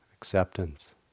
Acceptance